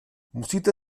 musíte